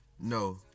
No